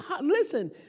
Listen